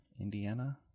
Indiana